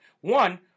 One